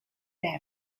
them